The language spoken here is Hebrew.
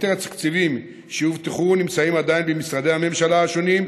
יתר התקציבים שהובטחו נמצאים עדיין במשרדי הממשלה השונים,